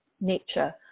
nature